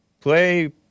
Play